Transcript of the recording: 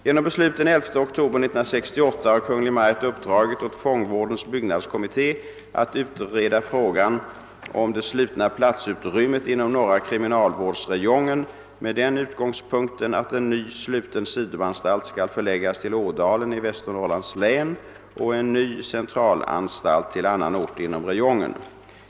Genom beslut den 11 oktober 1968 har Kungl. Maj:t uppdragit åt fångvårdens byggnadskommitté att utreda frågan om det slutna platsutrymmet inom norra kriminalvårdsräjongen med den utgångspunkten att en ny sluten sidoanstalt skall förläggas till Ådalen i Västernorrlands län och en ny centralanstalt till annan ort inom räjongen.